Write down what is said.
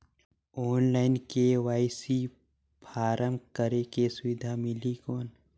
Online KYC form करेके सुविधा मिली कौन?